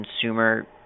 consumer